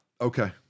okay